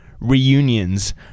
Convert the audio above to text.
reunions